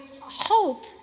Hope